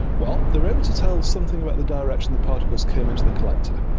well, they were able to tell something about the direction the particles came into the collector.